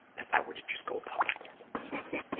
if i were to just go about my normal business.